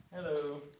Hello